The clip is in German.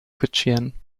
kutschieren